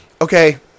Okay